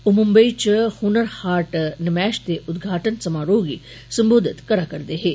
ओ मुम्बई च हुनर हॉट नमैष दे उदघाटन समारोह गी सम्बोधित करारदे हे